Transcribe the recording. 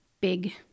big